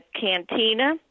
cantina